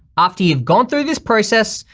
after you've gone through this process,